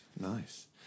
Nice